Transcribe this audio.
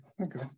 okay